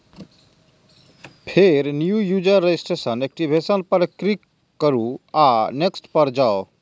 फेर new user registration, activation पर click करू आ नेक्स्ट पर जाउ